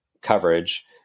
coverage